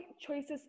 choices